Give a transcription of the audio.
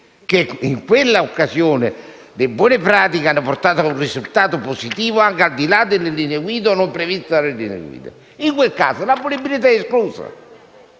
che in quella occasione le buone pratiche hanno portato a un risultato positivo anche al di là delle linee guida o non previsto dalle linee guida, in quel caso la punibilità è esclusa.